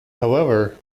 however